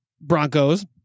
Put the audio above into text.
Broncos